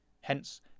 Hence